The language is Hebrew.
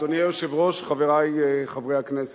אדוני היושב-ראש, חברי חברי הכנסת,